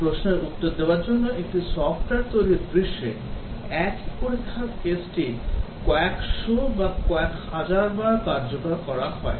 এই প্রশ্নের উত্তর দেওয়ার জন্যএকটি সফ্টওয়্যার তৈরীর দৃশ্যে একই পরীক্ষার কেসটি কয়েকশো বা কয়েক হাজার বার কার্যকর করা হয়